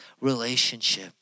relationship